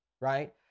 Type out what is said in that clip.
right